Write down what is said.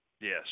Yes